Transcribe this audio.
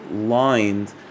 lined